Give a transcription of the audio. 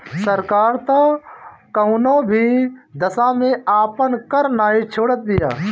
सरकार तअ कवनो भी दशा में आपन कर नाइ छोड़त बिया